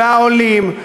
והעולים,